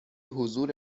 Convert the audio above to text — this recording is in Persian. حضور